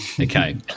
Okay